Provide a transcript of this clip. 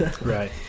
right